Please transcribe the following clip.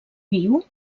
viu